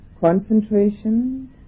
concentration